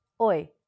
Oi